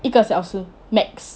一个小时 max